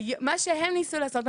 מה שהם ניסו לעשות,